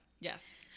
Yes